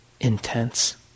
intense